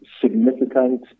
significant